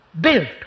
built